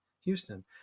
Houston